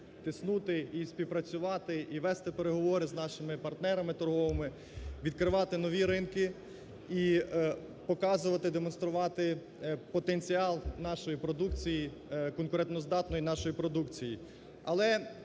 тиснути і співпрацювати, і вести переговори з нашими партнерами торговими, відкривати нові ринки і показувати. Демонструвати потенціал нашої продукції, конкурентоздатної нашої продукції.